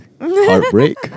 heartbreak